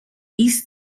east